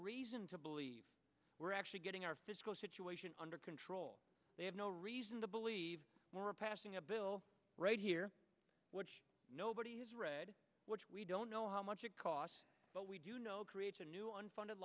reason to believe we're actually getting our fiscal situation under control they have no reason to believe we're passing a bill right here which nobody has read which we don't know how much it costs but we do know creates a new unfunded